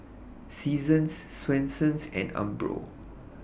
Seasons Swensens and Umbro